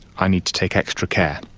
i need to take extra care